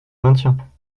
maintiens